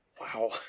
Wow